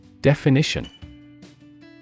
Definition